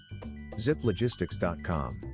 ziplogistics.com